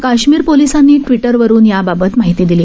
काश्मीर पोलिसांनी टवीटरवरून याबाबत माहिती दिली